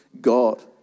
God